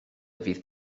fydd